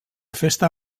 festa